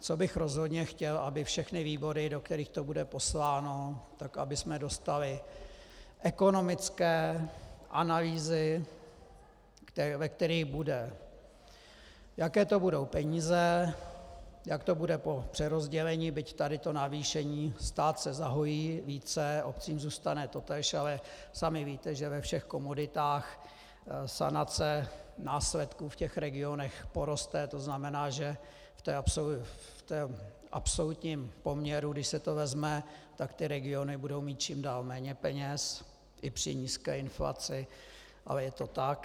Co bych rozhodně chtěl, aby všechny výbory, do kterých to bude posláno, dostaly ekonomické analýzy, ve kterých bude, jaké to budou peníze, jak to bude po přerozdělení, byť tady to navýšení stát se zahojí více, obcím zůstane totéž, ale sami víte, že ve všech komoditách sanace následků v regionech poroste, to znamená, že v absolutním poměru, když se to vezme, tak regiony budou mít čím dál méně peněz i při nízké inflaci, ale je to tak.